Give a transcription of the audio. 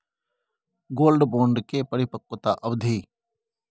Gold bond के परिपक्वता अवधि?